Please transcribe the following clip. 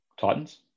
Titans